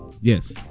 Yes